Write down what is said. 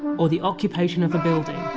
or the occupation of building,